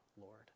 Lord